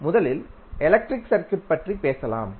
முதலில் electric circuit பற்றி பேசலாம்